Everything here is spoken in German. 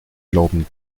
glauben